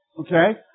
Okay